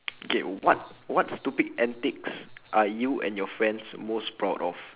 K what what stupid antics are you and your friends most proud of